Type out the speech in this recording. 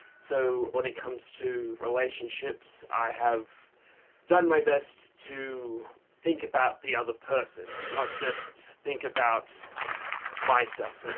so when it comes to relationships i have done my best to think about the other person, not just think about myself.